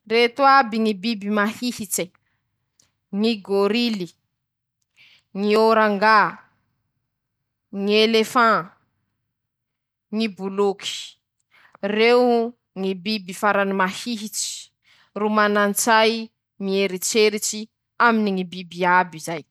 <...>Reto aby ñy hevi-diso mikasiky ñy alika: -Misy ñy mivola fa ñ'alika tsy manam-pahendrea, -Misy koa ñy mieritseritsy fa ñ'alika tsy afaky miara-miasa aminy ñ'olo hafa na biby hafa, -Misy koa ñy mametsivetsy fa ñ'alika tokony hiasa aminy ñy fañampea ñ'olombelo aminy ñy fotoany iabiaby, -Misy koa a ñy mivola fa ñ'alika mañiry hamea hany avao fa tsy ta-hiasa, -Misy koa ñy mieritseritsy fa ñ'alika tsy mana fahatsapa ro tsy mana fihetseham-po manoka<...>.